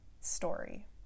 story